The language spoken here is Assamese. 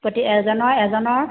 প্ৰতি এজনৰ এজনৰ